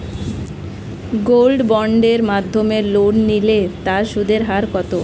Gold বন্ডের মাধ্যমে loan নিলে তার সুদের হার কত?